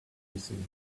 hissing